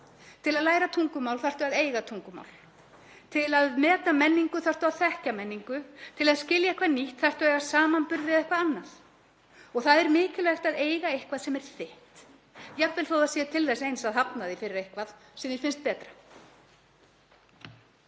Til að læra tungumál þarftu að eiga tungumál. Til að meta menningu þarftu að þekkja menningu. Til að skilja eitthvað nýtt þarftu að eiga samanburð við eitthvað annað. Það er mikilvægt að eiga eitthvað sem er þitt, jafnvel þótt það sé til þess eins að hafna því fyrir eitthvað sem þér finnst betra.